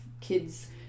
kids